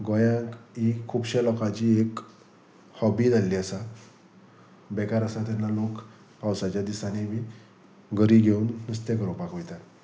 गोंयाक ही खुबश्या लोकांची एक हॉबी जाल्ली आसा बेकार आसा तेन्ना लोक पावसाच्या दिसांनी बी गरी घेवन नुस्तें गरोपाक वयता